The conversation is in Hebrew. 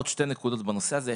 עוד שתי נקודות בנושא הזה,